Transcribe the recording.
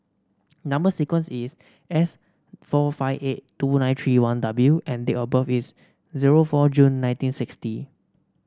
number sequence is S four five eight two nine three one W and date of birth is zero four June nineteen sixty